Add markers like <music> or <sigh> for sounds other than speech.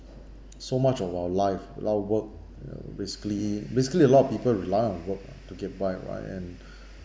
so much of our lives a lot work uh basically basically a lot of people rely on work ah to get by right and <breath>